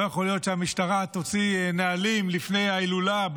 לא יכול להיות שהמשטרה תוציא נהלים לפני ההילולה,